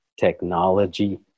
technology